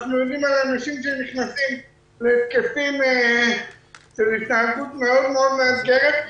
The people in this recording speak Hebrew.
אנחנו יודעים על אנשים שנכנסים להתקפים של התנהגות מאוד מאוד מאתגרת.